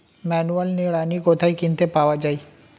Manual নিড়ানি কোথায় কিনতে পাওয়া যায়?